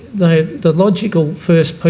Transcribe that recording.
the the logical first